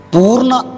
Purna